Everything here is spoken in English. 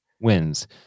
wins